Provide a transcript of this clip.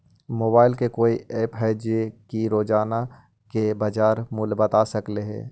Mobile के कोइ app है जो कि रोजाना के बाजार मुलय बता सकले हे?